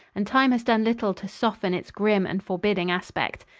and time has done little to soften its grim and forbidding aspect.